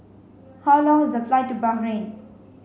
how long is the flight to Bahrain